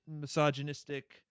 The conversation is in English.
misogynistic